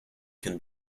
can